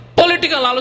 political